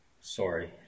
sorry